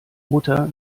mutter